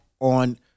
on